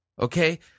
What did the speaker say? okay